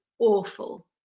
Awful